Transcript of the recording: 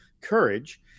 courage